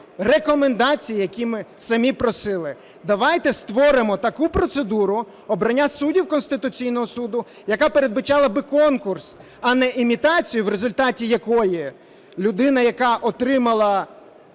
рекомендації, які ми самі просили. Давайте створимо таку процедуру обрання суддів Конституційного Суду, яка передбачала б конкурс, а не імітацію, в результаті якої людина, яка отримала